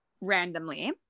randomly